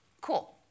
cool